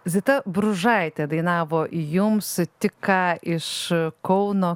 zita bružaitė dainavo jums tik ką iš kauno